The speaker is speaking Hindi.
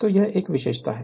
तो यह विशेषता है